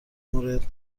مورد